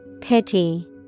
Pity